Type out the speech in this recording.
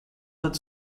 that